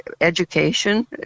education